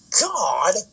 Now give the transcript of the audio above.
God